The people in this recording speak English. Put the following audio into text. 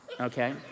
okay